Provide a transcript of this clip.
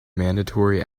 mandatory